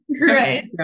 Right